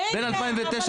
אבל אנחנו ב-2022.